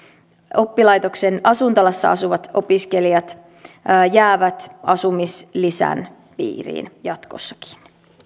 oppilaitoksen asuntolassa asuvat opiskelijat jäävät asumislisän piiriin jatkossakin